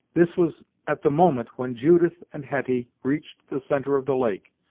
this was at the moment when judith and hetty reached the centre of the lake,